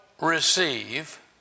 receive